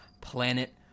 Planet